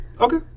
Okay